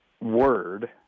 word